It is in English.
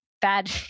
bad